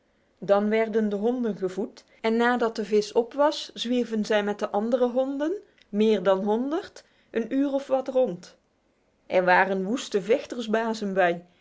dan werden de honden gevoed en nadat de vis op was zwierven zij met de andere honden meer dan honderd een uur of wat rond er waren woeste vechtersbazen bij